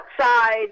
outside